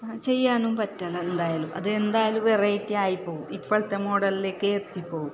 ചെയ്യാനും പറ്റുന്നുണ്ടായാലും അത് എന്തായാലും വെറൈറ്റി ആയിപ്പോകും ഇപ്പോളത്തെ മോഡലിലേക്ക് എത്തിപ്പോവും